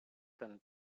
than